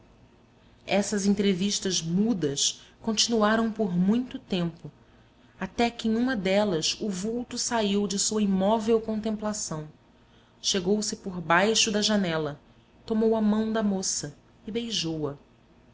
essas entrevistas mudas continuaram por muito tempo até que em uma delas o vulto saiu de sua imóvel contemplação chegou-se por baixo da janela tomou a mão da moça e beijou-a